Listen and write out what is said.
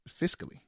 Fiscally